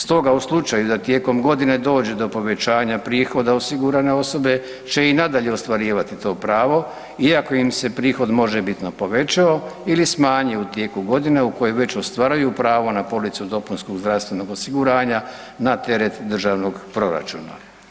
Stoga u slučaju da tijekom godine dođe do povećanja prihoda osigurane osobe će i nadalje ostvarivati to pravo iako im se prihod možebitno povećao ili smanjio u tijeku godine u kojoj već ostvaruju pravo na policu dopunskog zdravstvenog osiguranja ne teret Državnog proračuna.